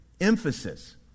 emphasis